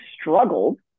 struggled